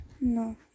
no